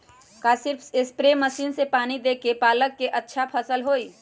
का सिर्फ spray machine से पानी देके पालक के अच्छा फसल होई?